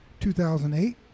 2008